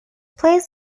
plays